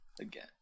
Again